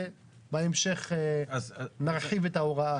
ובהמשך נמשיך את ההוראה הזאת.